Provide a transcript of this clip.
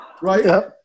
right